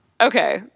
okay